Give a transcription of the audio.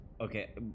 okay